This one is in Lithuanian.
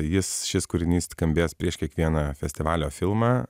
jis šis kūrinys skambės prieš kiekvieną festivalio filmą